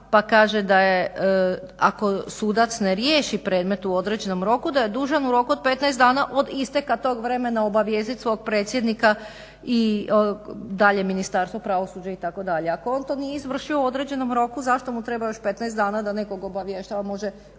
pa kaže da je ako sudac ne riješi predmet u određenom roku da je dužan u roku od 15 dana od isteka tog vremena obavijestiti svog predsjednika i dalje Ministarstvo pravosuđa itd. Ako on to nije izvršio u određenom roku zašto mu treba još 15 dana da nekog obavještava? Može odmah